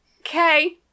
Okay